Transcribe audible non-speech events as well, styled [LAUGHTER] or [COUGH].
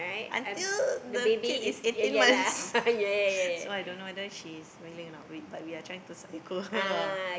until the kid is eighteen months [LAUGHS] so I don't know whether she is willing or not but we are trying to psycho her ah